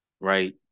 right